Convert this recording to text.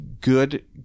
good